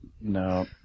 No